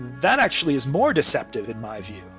that actually is more deceptive in my view.